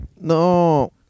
No